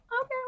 okay